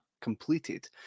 completed